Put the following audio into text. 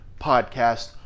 podcast